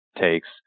takes